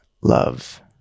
love